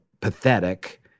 pathetic